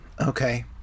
Okay